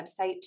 website